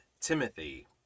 timothy